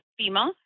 FEMA